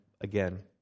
again